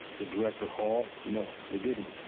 did director hall? no, they didn't.